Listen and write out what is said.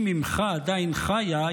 אם אימך עדיין חיה,